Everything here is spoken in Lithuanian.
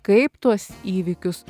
kaip tuos įvykius